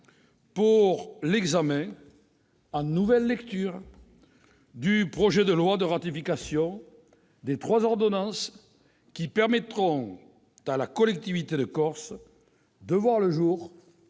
de l'examen en nouvelle lecture du projet de loi de ratification des trois ordonnances qui permettront à la collectivité de Corse de voir le jour,